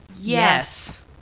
yes